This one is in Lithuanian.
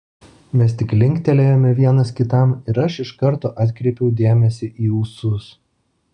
mes tik linktelėjome vienas kitam ir aš iš karto atkreipiau dėmesį į ūsus